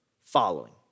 following